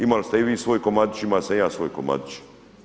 Imali ste i vi svoj komadić, imao sam i ja svoj komadić.